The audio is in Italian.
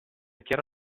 chiaro